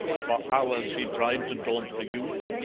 for hours he tried to daunt the youth,